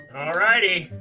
alrighty,